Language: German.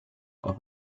auf